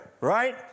right